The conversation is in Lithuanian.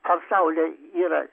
ar saulė yra